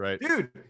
dude